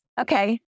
okay